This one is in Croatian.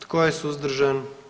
Tko je suzdržan?